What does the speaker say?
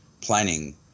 planning